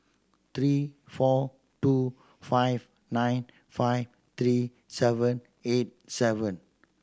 three four two five nine five three seven eight seven